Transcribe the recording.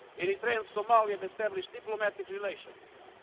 eritrea and somalia have established diplomatic relations.